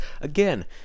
Again